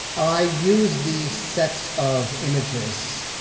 i use the sets of images